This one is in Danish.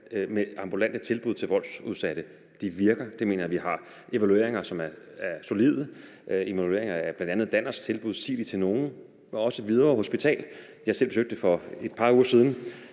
med ambulante tilbud til voldsudsatte, virker. Det mener jeg vi har evalueringer om, som er solide. Det er evalueringer af bl.a. Danners tilbud »Sig det til nogen«. Også Hvidovre Hospital – jeg har selv besøgt det for et par uger siden